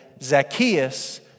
Zacchaeus